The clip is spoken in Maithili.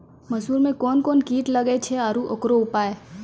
मसूर मे कोन कोन कीट लागेय छैय आरु उकरो उपाय?